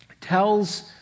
tells